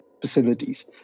facilities